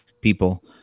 people